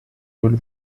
роль